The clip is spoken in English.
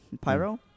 Pyro